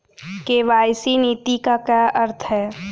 KYC नीति का क्या अर्थ है?